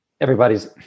everybody's